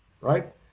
right